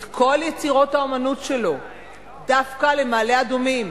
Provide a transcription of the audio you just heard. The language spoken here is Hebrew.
את כל יצירות האמנות שלו דווקא למעלה-אדומים,